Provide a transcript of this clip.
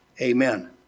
Amen